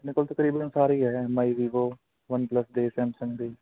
ਆਪਣੇ ਕੋਲ ਤਕਰੀਬਨ ਸਾਰੇ ਹੀ ਐ M I Vivo OnePlus ਤੇ ਸਮੈਸੰਗ ਦੇ